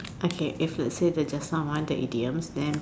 okay if lets say just now one the idiom then